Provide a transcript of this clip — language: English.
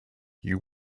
you